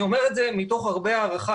אני אומר את זה מתוך הרבה הערכה.